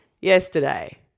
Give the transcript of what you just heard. yesterday